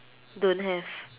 don't have